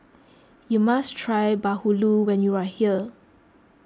you must try Bahulu when you are here